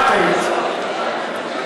את היית,